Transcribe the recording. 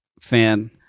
fan